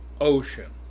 ocean